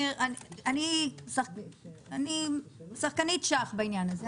אני שחקנית שח בעניין הזה.